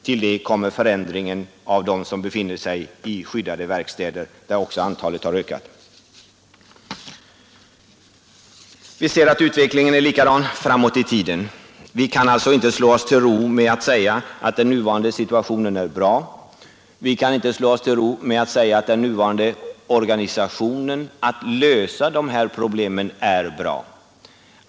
Till det kommer förändringen bland dem som befinner sig i skyddade verkstäder där också antalet har ökat. Vi ser att utvecklingen är likadan framåt i tiden. Vi kan alltså inte slå oss till ro med att säga att den nuvarande situationen är bra. Vi kan inte slå oss till ro med att säga att den nuvarande organisationen att lösa de här problemen är bra.